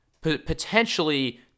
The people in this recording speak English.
potentially